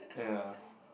yeah